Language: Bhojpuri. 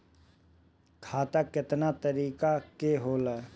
खाता केतना तरीका के होला?